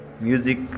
music